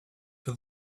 for